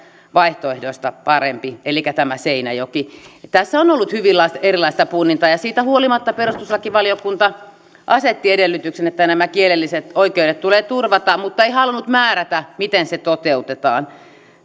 vaihtoehdoista parempi elikkä tämä seinäjoki tässä on ollut hyvin erilaista punnintaa ja siitä huolimatta perustuslakivaliokunta asetti edellytyksen että nämä kielelliset oikeudet tulee turvata mutta ei halunnut määrätä miten se toteutetaan